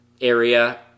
area